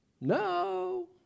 No